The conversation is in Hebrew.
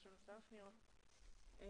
אני